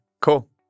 Cool